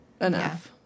enough